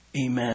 amen